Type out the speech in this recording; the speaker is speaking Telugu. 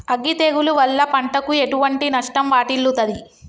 అగ్గి తెగులు వల్ల పంటకు ఎటువంటి నష్టం వాటిల్లుతది?